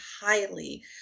highly